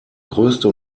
größte